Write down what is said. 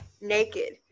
naked